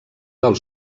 del